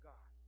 God